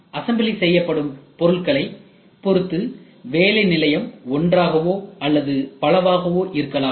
assembly செய்யப்படும் பொருள்களை பொருத்து வேலை நிலையம் ஒன்றாகவோ அல்லது பலவாகவோ இருக்கலாம்